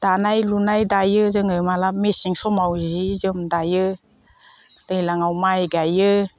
दानाय लुनाय दायो जोङो माब्लाबा मेसें समाव जि जोम दायो दैज्लांआव माइ गायो